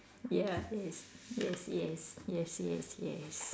ya yes yes yes yes yes yes